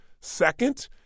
Second